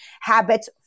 habits